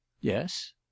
Yes